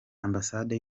ambasade